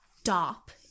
stop